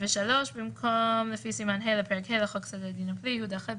ובמקום דיון בעניינו של כלוא כאמור יתקיים"